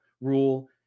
rule